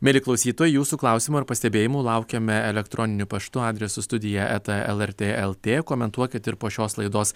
mieli klausytojai jūsų klausimų ir pastebėjimų laukiame el paštu adresustudija eta lrt lt komentuokite ir po šios laidos